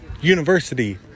University